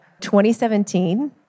2017